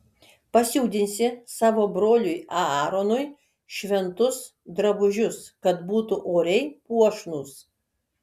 pasiūdinsi savo broliui aaronui šventus drabužius kad būtų oriai puošnūs